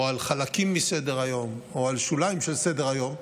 על חלקים מסדר-היום או על שוליים של סדר-היום,